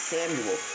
Samuel